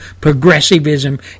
progressivism